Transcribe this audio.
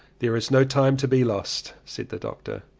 there is no time to be lost, said the doctor,